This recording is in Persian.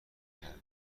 کرد